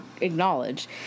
acknowledge